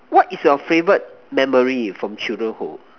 what is your favorite memory from children hood